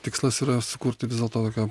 tikslas yra sukurti vis dėlto tokią